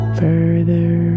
further